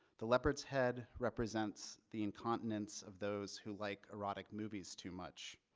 the leopards head represents the incontinence of those who like erotic movies too much.